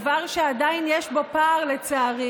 זהו דבר שעדיין יש בו פער, לצערי.